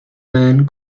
man